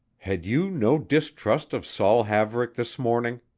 had you no distrust of saul haverick this morning?